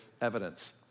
evidence